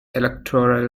electoral